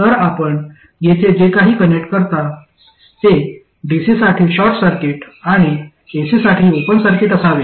तर आपण येथे जे काही कनेक्ट करता ते डीसीसाठी शॉर्ट सर्किट आणि एसीसाठी ओपन सर्किट असावे